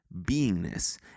beingness